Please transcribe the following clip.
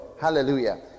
Hallelujah